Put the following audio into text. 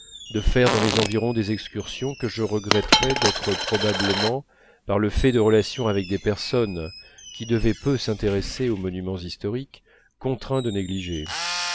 de faire dans les environs des excursions que je regretterais d'être probablement par le fait de relations avec des personnes qui devaient peu s'intéresser aux monuments historiques contraint de négliger